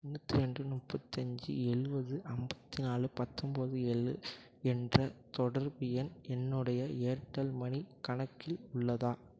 தொண்ணூத்ரெண்டு முப்பத்தஞ்சு எழுபது ஐம்பத்நாலு பத்தம்பது ஏழு என்ற தொடர்பு எண் என்னுடைய ஏர்டெல் மனி கணக்கில் உள்ளதா